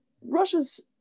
Russia's